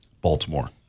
Baltimore